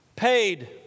Paid